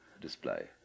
display